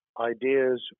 ideas